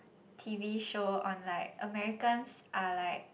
T_V show on like Americans are like